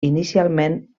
inicialment